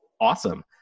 Awesome